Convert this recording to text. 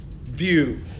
view